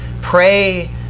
Pray